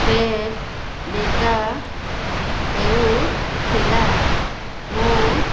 ଫେଟ୍ ବିକା ହେଉଥିଲା ମୁଁ